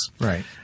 Right